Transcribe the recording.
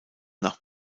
nach